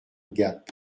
gap